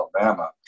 Alabama